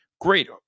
Great